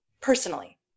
personally